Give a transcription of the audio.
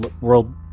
world